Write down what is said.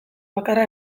bakarra